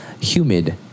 Humid